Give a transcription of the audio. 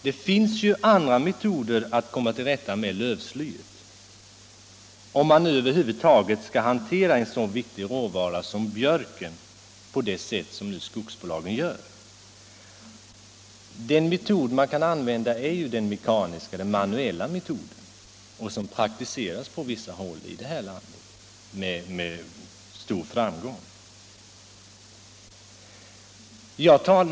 Det finns ju andra metoder att komma till rätta med lövslyet, om man nu över huvud taget skall hantera en så viktig råvara som björken på det sätt som skogsbolaget nu gör. Det är ju möjligt att bekämpa lövslyet manuellt. Den metoden praktiseras också på vissa håll i vårt land med stor framgång.